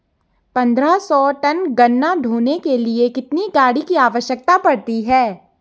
पन्द्रह सौ टन गन्ना ढोने के लिए कितनी गाड़ी की आवश्यकता पड़ती है?